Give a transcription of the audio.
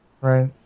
Right